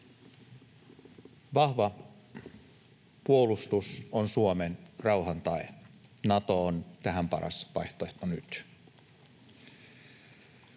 Vahva puolustus on Suomen rauhan tae. Nato on tähän paras vaihtoehto nyt.